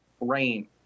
rain